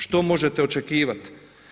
Što možete očekivati?